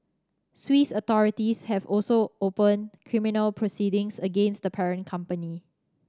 Swiss authorities have also opened criminal proceedings against the parent company